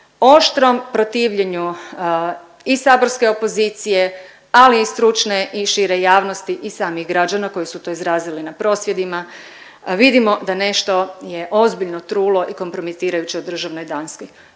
oštrom protivljenju i saborske opozicije, ali i stručne i šire javnosti i samih građana koji su to izrazili na prosvjedima, vidimo da nešto je ozbiljno trulo i kompromitirajuće u državi Hrvatskoj. Danas